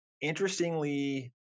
interestingly